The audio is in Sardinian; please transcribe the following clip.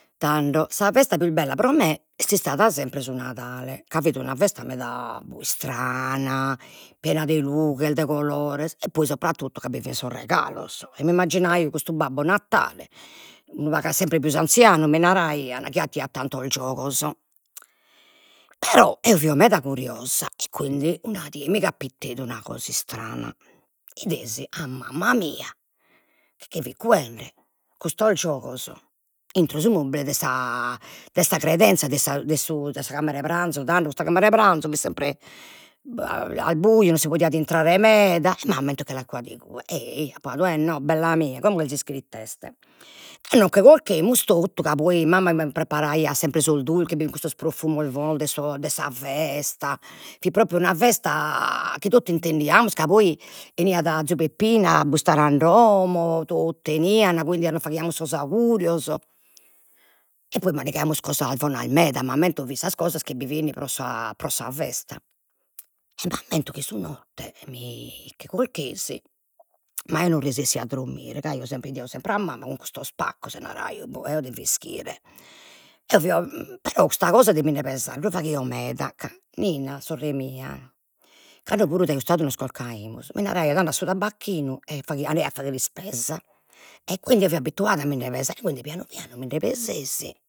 Tando, sa festa pius bella pro me est istada sempre su Nadale, ca fit una festa meda istrana piena de lughes, de colores, e poi sopratutto ca bi fin sos regalos, e mi immaginaio custu Babbo Natale unu pagu sempre pius anzianu, mi naraian, chi attiat sempre tantos giogos, però eo fio meda curiosa e quindi una die mi capiteit una cosa istrana, 'idesi a mamma mia chi che fit cuende custos giogos intro su mobile de sa de credenzia, de sa de su de sa camera 'e pranzo, tando custa camera 'e pranzo fit sempre al buio, non si podiat intrare meda, e mamma che l'at cuadu igue, ei ei apo nadu, e no bella mia, como cherzo ischire it'est, e nocche corchemus totu ca mamma preparaiat sempre sos durches, bi fin custos profumos bonos de sos, de sa festa, fit propriu una festa chi totu intendiamus, ca poi eniat zia Peppina a bustare a, totu 'enian, quindi nos faghiamus sos augurios, e poi mandigaimus cosas bonas meda, m'ammento fin sas cosas chi bi fin pro sa pro sa festa, e m'ammento chi su notte micche corchesi ma eo non resessio a drommire ca eo 'idio sempre a mamma cun custos paccos, e naraio, boh eo devo ischire, eo fio, però custa cosa de minde pesare lu faghio meda ca Nina, sorre mia, cando puru dai 'ustadu nos corcaimus mi naraiat, anda a su tabacchinu e andaio a fagher ispesa, e quindi eo fio abituada a minde pesare e quindi pianu pianu minde pesesi